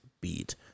beat